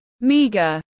meager